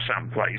someplace